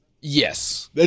Yes